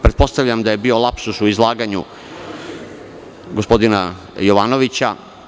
Pretpostavljam da je bio lapsus u izlaganju gospodina Jovanovića.